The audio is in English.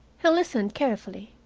he listened carefully.